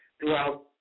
throughout